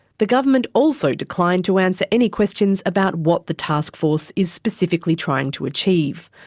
the government also declined to answer any questions about what the taskforce is specifically trying to achieve,